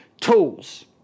tools